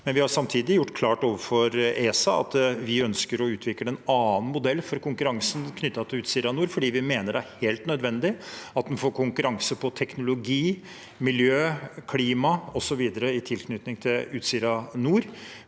Vi har samtidig gjort det klart overfor ESA at vi ønsker å utvikle en annen modell for konkurransen knyttet til Utsira Nord, fordi vi mener det er helt nødvendig at en får konkurranse på teknologi, miljø, klima osv. i tilknytning til Utsira Nord.